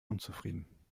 unzufrieden